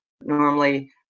normally